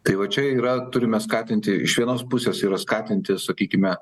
tai va čia yra turime skatinti iš vienos pusės yra skatinti sakykime